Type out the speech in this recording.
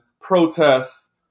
protests